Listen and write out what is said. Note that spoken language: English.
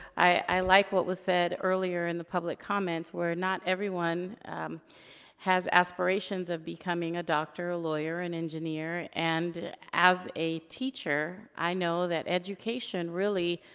i like what was said earlier in the public comments, where not everyone has aspirations of becoming a doctor, a lawyer, an engineer. and as a teacher, i know that education really,